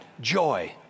joy